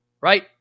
right